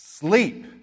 Sleep